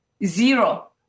Zero